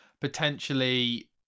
potentially